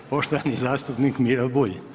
Poštovani zastupnik Miro Bulj.